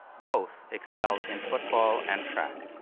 both excelled in football and track,